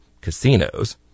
casinos